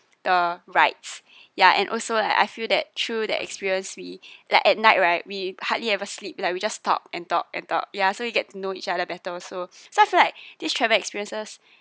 the rides ya and also like I feel that through that experience we like at night right we hardly ever sleep like we just talk and talk and talk ya so we get to know each other better also so I feel like this travel experiences